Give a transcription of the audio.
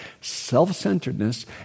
self-centeredness